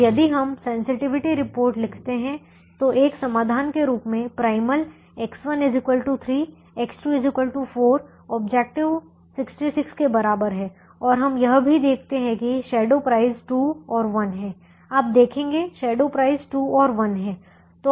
तो यदि हम सेंसटिविटी रिपोर्ट लिखते हैं तो एक समाधान के रूप में प्राइमल X1 3 X2 4 ऑब्जेक्टिव 66 के बराबर और हम यह भी देखते हैं कि शैडो प्राइस 2 और 1 हैं आप देखेंगे शैडो प्राइस 2 और 1 हैं